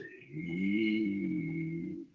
see